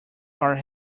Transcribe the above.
are